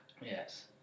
Yes